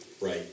right